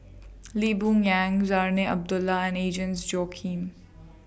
Lee Boon Yang Zarinah Abdullah and Agnes Joaquim